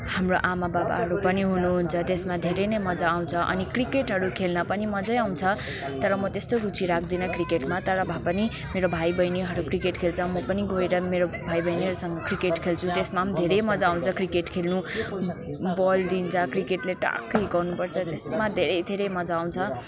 हाम्रो आमा बाबाहरू पनि हुनुहुन्छ त्यसमा धेरै नै मज्जा आउँछ अनि क्रिकेटहरू खेल्न पनि मज्जै आउँछ तर म त्यस्तो रुचि राख्दिनँ क्रिकेटमा तर भए पनि मेरो भाइ बहिनीहरू क्रिकेट खेल्छ म पनि गएर मेरो भाइ बहिनीहरूसँग क्रिकेट खेल्छु त्यसमा पनि धेरै मज्जा आउँछ क्रिकेट खेल्नु बल दिन्छ क्रिकेटले ट्वाकै हिर्काउनु पर्छ त्यसमा धेरै धेरै धेरै मज्जा आउँछ